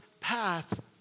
path